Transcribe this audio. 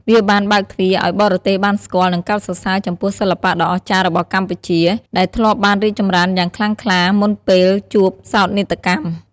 វាបាន បើកទ្វារ ឲ្យបរទេសបានស្គាល់ និងកោតសរសើរចំពោះសិល្បៈដ៏អស្ចារ្យរបស់កម្ពុជា ដែលធ្លាប់បានរីកចម្រើនយ៉ាងខ្លាំងក្លាមុនពេលជួបសោកនាដកម្ម។